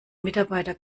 mitarbeiter